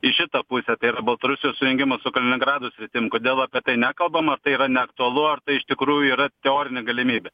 į šitą pusę tai yra baltarusijos sujungimas su kaliningrado sritim kodėl apie tai nekalbama tai yra neaktualu ar tai iš tikrųjų yra teorinė galimybė